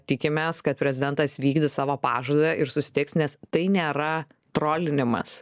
tikimės kad prezidentas vykdys savo pažadą ir susitiks nes tai nėra trolinimas